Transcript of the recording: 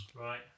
Right